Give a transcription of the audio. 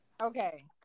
Okay